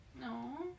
No